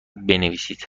بنویسید